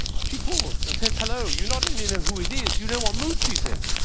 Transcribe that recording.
she calls and says, hello, you not only know who it is, you know what mood she's in.